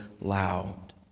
loud